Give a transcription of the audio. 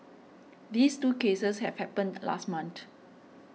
these two cases have happened last month